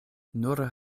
nur